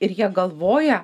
ir jie galvoja